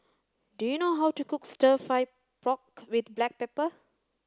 do you know how to cook stir fry pork with black pepper